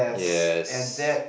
yes